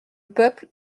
peuple